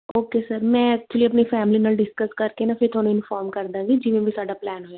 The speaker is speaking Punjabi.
ਓਕੇ ਸਰ ਮੈਂ ਐਕਚੁਲੀ ਆਪਣੀ ਫੈਮਲੀ ਨਾਲ ਡਿਸਕਸ ਕਰਕੇ ਨਾ ਫਿਰ ਤੁਹਾਨੂੰ ਇਨਫੋਰਮ ਕਰ ਦਾਂਗੀ ਜਿਵੇਂ ਵੀ ਸਾਡਾ ਪਲੈਨ ਹੋਇਆ